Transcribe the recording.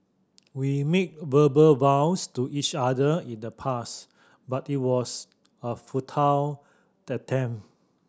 we made verbal vows to each other in the past but it was a futile attempt